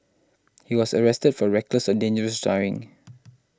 he was arrested for reckless or dangerous driving